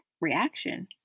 reaction